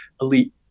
elite